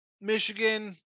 Michigan